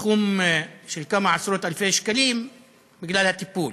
סכום של כמה עשרות-אלפי שקלים בגלל הטיפול.